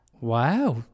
Wow